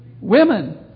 Women